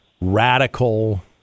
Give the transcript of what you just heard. Radical